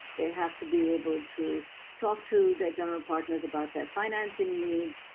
they have to be able to talk to their general partners about their financing needs,